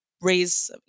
raise